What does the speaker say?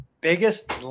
Biggest